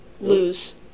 lose